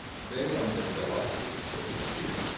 they on the hillock could still see it.